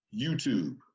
YouTube